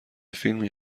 فیلمی